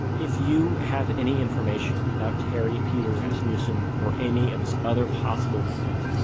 if you have any information about terry peder rasmussen or any of his other possible victims,